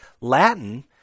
Latin